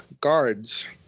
guards